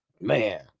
Man